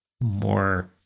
more